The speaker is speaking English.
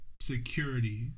security